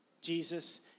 Jesus